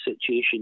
situation